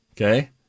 Okay